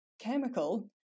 chemical